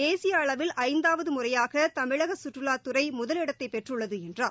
தேசிய அளவில் ஐந்தாவது முறையாக தமிழக சுற்றுலாத்துறை முதலிடத்தை பெற்றுள்ளது என்றார்